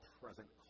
present